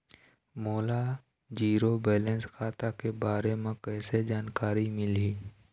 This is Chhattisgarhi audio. मोला जीरो बैलेंस खाता के बारे म कैसे जानकारी मिलही?